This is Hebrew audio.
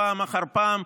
פעם אחר פעם,